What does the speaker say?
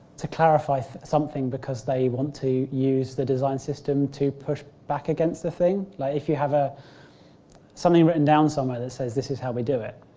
to clarify something because they want to use the design system to push back against the thing, like if you have ah something written down somewhere that says this is how we do it,